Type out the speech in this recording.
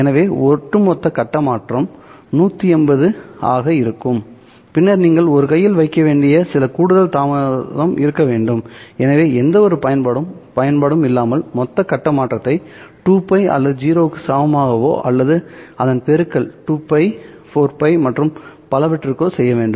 எனவே ஒட்டுமொத்த கட்ட மாற்றம் 180 ஆக இருக்கும் பின்னர் நீங்கள் ஒரு கையில் வைக்க வேண்டிய சில கூடுதல் தாமதம் இருக்க வேண்டும் எனவே எந்தவொரு பயன்பாடும் இல்லாமல் மொத்த கட்ட மாற்றத்தை 2π அல்லது 0 க்கு சமமாகவோ அல்லது அதன் பெருக்கல் 2π 4π மற்றும் பலவற்றிற்கோ செய்ய வேண்டும்